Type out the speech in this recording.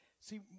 See